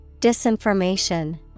Disinformation